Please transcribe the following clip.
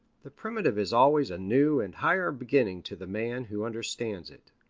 the primitive is always a new and higher beginning to the man who understands it.